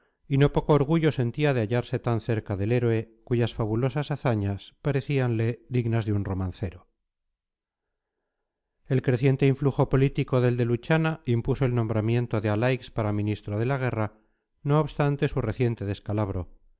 y no poco orgullo sentía de hallarse tan cerca del héroe cuyas fabulosas hazañas parecíanle dignas de un romancero el creciente influjo político del de luchana impuso el nombramiento de alaix para ministro de la guerra no obstante su reciente descalabro